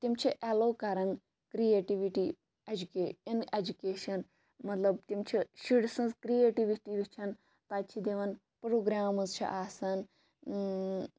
تِم چھِ ایٚلو کَران کریٹِوِٹی ایٚجُکے اِن ایٚجُکیشَن مَطلَب تِم چھِ شُرۍ سٕنٛز کریٹِوِٹی وٕچھان پَتہٕ چھِ دِوان پروگرامز چھِ آسَان